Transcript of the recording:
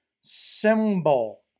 symbol